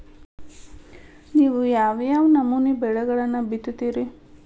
ನೇವು ಯಾವ್ ಯಾವ್ ನಮೂನಿ ಬೆಳಿಗೊಳನ್ನ ಬಿತ್ತತಿರಿ?